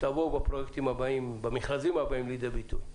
תבואו במכרזים הבאים לידי ביטוי.